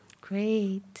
Great